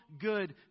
good